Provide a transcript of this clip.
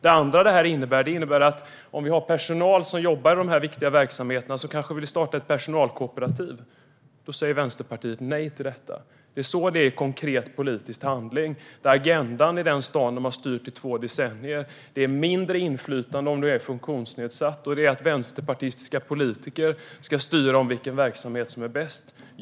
Det andra det innebär är att om personalen i dessa viktiga verksamheter vill starta ett personalkooperativ säger Vänsterpartiet nej. Det är så det är i konkret politisk handling. Agendan i den stad där de har styrt i två decennier är att man ska ha mindre inflytande om man är funktionsnedsatt och att vänsterpartistiska politiker ska styra över vilken verksamhet som är bäst.